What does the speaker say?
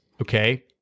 okay